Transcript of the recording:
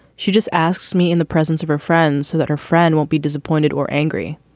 she just asks me in the presence of her friends so that her friend won't be disappointed or angry.